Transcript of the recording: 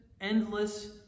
endless